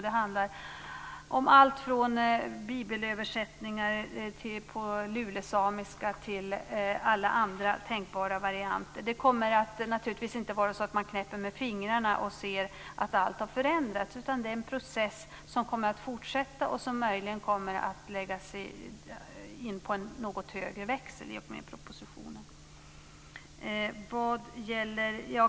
Det handlar om allt från bibelöversättningar på lulesamiska till alla andra tänkbara varianter. Det kommer naturligtvis inte att vara så att man knäpper med fingrarna och ser att allt har förändrats, utan det är en process som kommer att fortsätta. Möjligen kommer en högre växel att läggas in i och med propositionen.